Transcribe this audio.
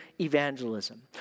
evangelism